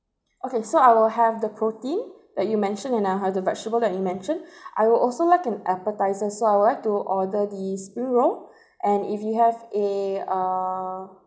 okay so I will have the protein that you mentioned and I'll have the vegetable that you mentioned I would also like appetiser so I would like to order the spring roll and if you have a err